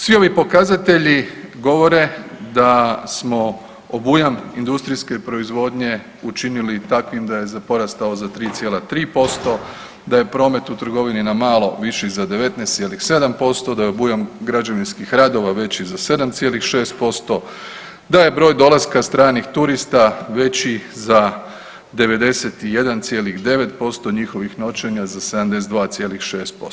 Svi ovi pokazatelji govore da smo obujam industrijske proizvodnje učinili takvim da je porastao za 3,3%, da je promet u trgovini na malo viši za 19,7%, da je obujam građevinskih radova veći za 7,6%, da je broj dolaska stranih turista veći za 91,9% njihovih noćenja za 72,6%